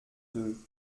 deux